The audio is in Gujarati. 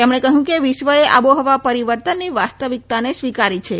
તેમણે કહ્યું કે વિશ્વએ આબોહવા પરિવર્તન વાસ્તવિકતાને સ્વીકારી છે